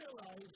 realize